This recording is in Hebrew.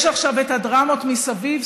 יש עכשיו את דרמות מסביב,